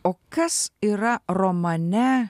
o kas yra romane